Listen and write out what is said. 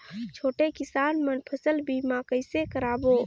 छोटे किसान मन फसल बीमा कइसे कराबो?